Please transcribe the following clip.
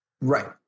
right